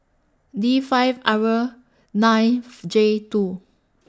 D five R ninth J two